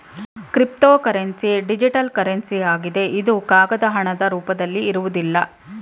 cryptocurrency digital currency ಆಗಿದೆ ಇದು ಕಾಗದ ಹಣದ ರೂಪದಲ್ಲಿ ಇರುವುದಿಲ್ಲ